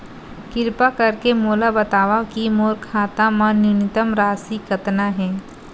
किरपा करके मोला बतावव कि मोर खाता मा न्यूनतम राशि कतना हे